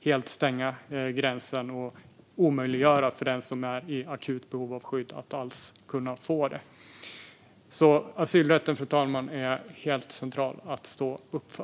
helt stänga sina gränser och därmed omöjliggöra för den som är i akut behov av skydd att alls kunna få det. Fru talman! Asylrätten är helt central att stå upp för.